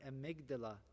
amygdala